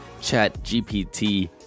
ChatGPT